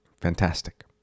Fantastic